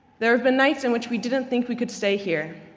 there have been nights in which we didn't think we could stay here,